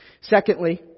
Secondly